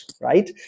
right